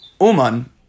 Uman